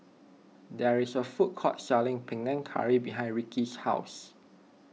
there is a food court selling Panang Curry behind Rickey's house